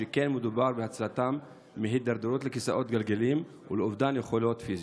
שכן מדובר בהצלתם מהידרדרות לכיסאות גלגלים ולאובדן יכולות פיזיות.